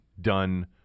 done